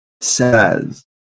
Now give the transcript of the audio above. says